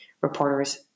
reporters